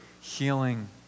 healing